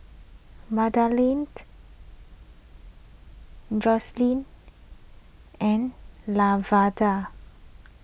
Magdalene Jocelynn and Lavonda